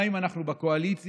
גם אם אנחנו בקואליציה,